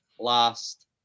last